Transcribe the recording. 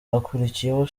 hakurikiyeho